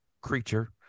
creature